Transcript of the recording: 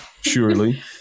surely